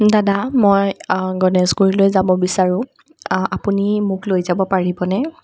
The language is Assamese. দাদা মই গণেশগুৰিলৈ যাব বিচাৰোঁ আপুনি মোক লৈ যাব পাৰিবনে